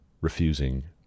refusing